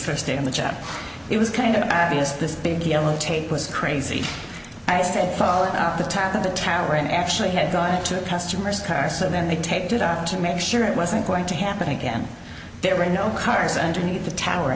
first day on the job it was kind of obvious this big yellow tape was crazy i said fallen off the top of the tower and actually had gone to a customer's car so then they taped it up to make sure it wasn't going to happen again there were no cars and you need the tower